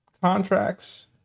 contracts